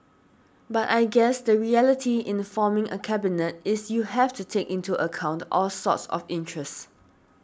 but I guess the reality in forming a cabinet is you have to take into account all sorts of interests